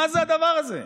מה זה הדבר הזה?